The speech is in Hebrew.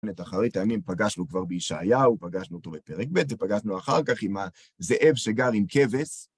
את אחרית הימים פגשנו כבר בישעיהו, פגשנו אותו בפרק ב', ופגשנו אחר כך עם הזאב שגר עם כבש.